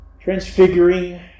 transfiguring